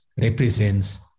represents